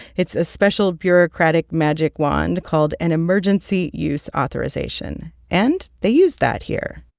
it's a special bureaucratic magic wand called an emergency use authorization, and they use that here.